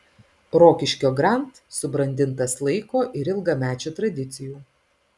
rokiškio grand subrandintas laiko ir ilgamečių tradicijų